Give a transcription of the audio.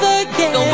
again